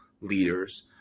leaders